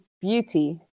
beauty